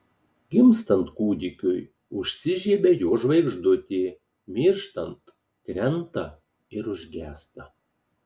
gimstant kūdikiui užsižiebia jo žvaigždutė mirštant krenta ir užgęsta